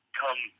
come